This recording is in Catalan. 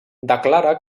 declara